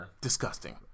Disgusting